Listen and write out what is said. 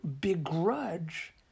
begrudge